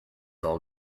all